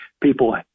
people